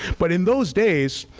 but in those days,